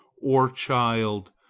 or child,